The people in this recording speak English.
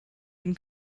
been